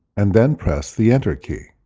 and then press the enter key.